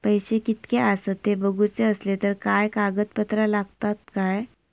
पैशे कीतके आसत ते बघुचे असले तर काय कागद पत्रा लागतात काय?